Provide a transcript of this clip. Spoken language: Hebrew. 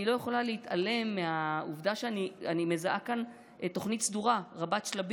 אני לא יכולה להתעלם מהעובדה שאני מזהה כאן תוכנית סדורה רבת-שלבים,